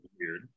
weird